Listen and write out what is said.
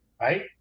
right